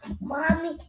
Mommy